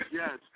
yes